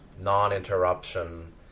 non-interruption